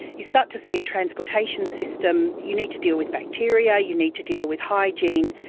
you start to see a transportation system, you need to deal with bacteria, you need to deal with hygiene.